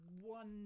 One